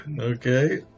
Okay